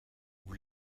vous